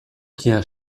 tient